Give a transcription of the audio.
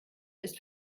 ist